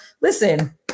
listen